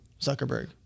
Zuckerberg